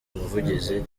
umuvugizi